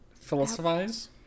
philosophize